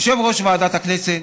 יושב-ראש ועדת הכנסת.